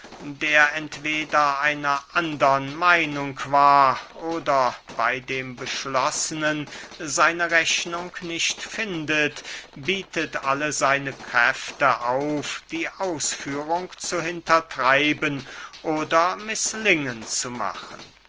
der entweder einer andern meinung war oder bey dem beschlossenen seine rechnung nicht findet bietet alle seine kräfte auf die ausführung zu hintertreiben oder mißlingen zu machen